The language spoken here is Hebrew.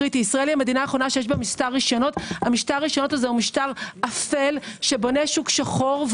משטר רשיונות הוא משטר אפל שבונה שוק שחור,